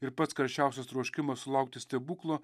ir pats karščiausias troškimas sulaukti stebuklo